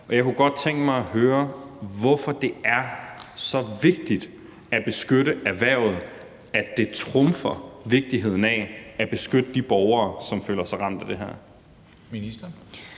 Jeg kunne godt tænke mig at høre, hvorfor det er så vigtigt at beskytte erhvervet, at det trumfer vigtigheden af at beskytte de borgere, som føler sig ramt af det her. Kl.